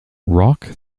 rock